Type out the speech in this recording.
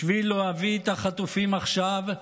בשביל להביא את החטופים עכשיו,